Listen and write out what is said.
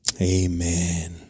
Amen